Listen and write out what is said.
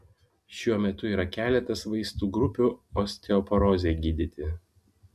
šiuo metu yra keletas vaistų grupių osteoporozei gydyti